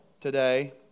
today